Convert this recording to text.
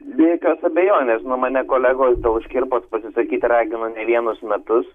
be jokios abejonės nu mane kolegos dėl škirpos pasisakyt ragino ne vienus metus